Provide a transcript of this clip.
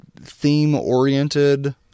theme-oriented